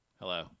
Hello